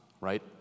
right